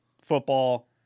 football